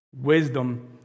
Wisdom